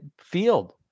field